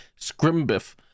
Scrimbiff